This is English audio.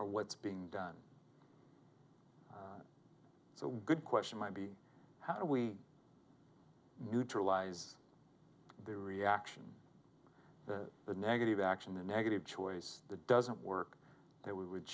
or what's being done so good question might be how do we neutralize the reaction of the negative action the negative choice doesn't work that we would